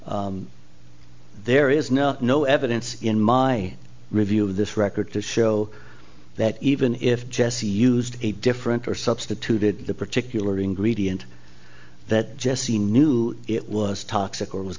there is no no evidence in my review of this record to show that even if jesse used a different or substituted the particular ingredient that jesse knew it was toxic or w